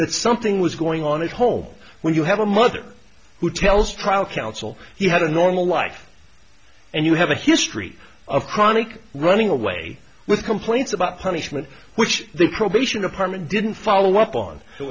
that something was going on at home when you have a mother who tells trial counsel you had a normal life and you have a history of chronic running away with complaints about punishment which the probation department didn't follow up on and